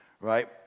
right